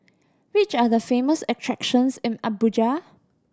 which are the famous attractions in Abuja